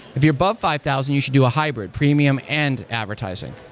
if you're above five thousand, you should do a hybrid premium and advertising.